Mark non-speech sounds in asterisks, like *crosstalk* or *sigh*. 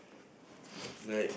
*breath* like